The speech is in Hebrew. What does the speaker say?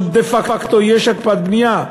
אבל דה-פקטו יש הקפאת בנייה.